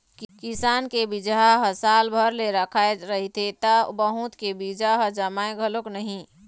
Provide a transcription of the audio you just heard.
किसान के बिजहा ह साल भर ले रखाए रहिथे त बहुत के बीजा ह जामय घलोक नहि